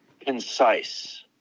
Concise